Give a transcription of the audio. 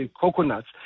coconuts